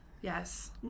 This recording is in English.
Yes